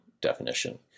definition